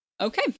Okay